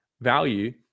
value